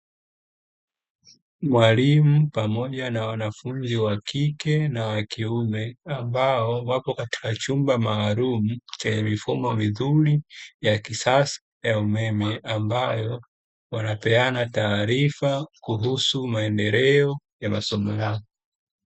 Mwalimu pamoja na wanafunzi wa kike na wa kiume, ambao wapo katika chumba maalumu, chenye mifumo mizuri ya kisasa ya umeme, ambapo wanapeana taarifa kuhusu maendeleo ya masomo yao.